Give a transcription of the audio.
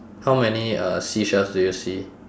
how many uh seashells do you see